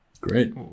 Great